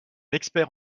expert